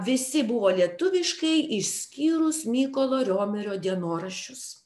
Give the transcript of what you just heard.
visi buvo lietuviškai išskyrus mykolo riomerio dienoraščius